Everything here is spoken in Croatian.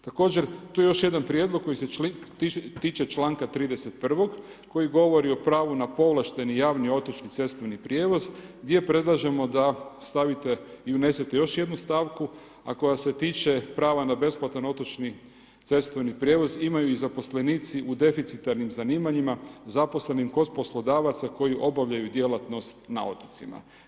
Također tu je još jedan prijedlog koji se tiče čl. 31. koji govori o pravu na povlašteni i javni otočni cestovni prijevoz, gdje predložimo da stavite i unesete još jednu stavku, a koja se tiče prava na besplatan otočni cestovni prijevoz imaju i zaposlenici u deficitarnim zanimanjima, zaposlenih kod poslodavaca koji obavljaju djelatnost na otocima.